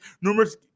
numerous